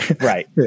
Right